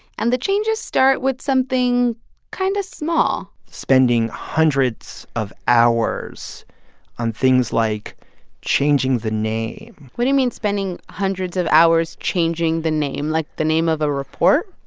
and the changes start with something kind of small spending hundreds of hours on things like changing the name what do you mean spending hundreds of hours changing the name? like, the name of a report?